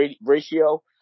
ratio